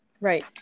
right